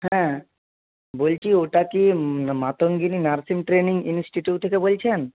হ্যাঁ বলছি ওটা কি মাতঙ্গিনী নার্সিং ট্রেনিং ইনিস্টিটিউট থেকে বলছেন